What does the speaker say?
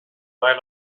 mai